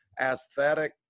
aesthetic